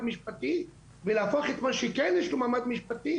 משפטי ולהפוך את מה שכן יש לו מעמד משפטי,